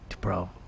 Bro